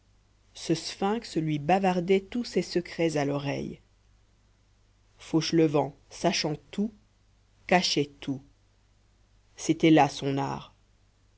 ce sphinx lui bavardait tous ses secrets à l'oreille fauchelevent sachant tout cachait tout c'était là son art